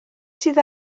sydd